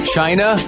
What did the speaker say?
China